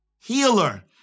healer